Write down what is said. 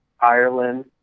Ireland